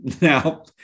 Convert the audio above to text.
now